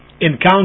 encounter